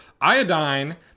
iodine